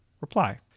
reply